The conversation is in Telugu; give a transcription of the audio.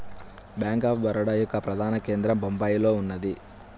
బ్యేంక్ ఆఫ్ బరోడ యొక్క ప్రధాన కేంద్రం బొంబాయిలో ఉన్నది